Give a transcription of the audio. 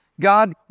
God